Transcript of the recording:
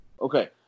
Okay